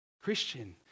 Christian